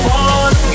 one